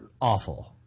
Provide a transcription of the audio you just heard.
awful